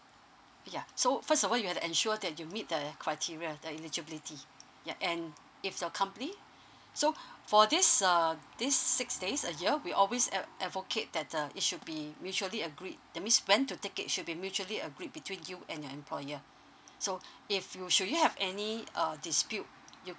ya so first of all you have ensure that you meet the criteria that eligibility and if your company so for this uh this six days a year we always uh advocate that uh it should be mutually agreed that's mean when to take it should be mutually agreed between you and your employer so if you should you have any err dispute you